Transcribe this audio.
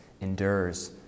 endures